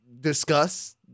discuss